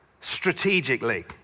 strategically